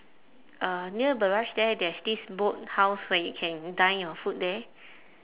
uh near barrage there there's this boat house where you can dine your food there